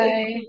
Bye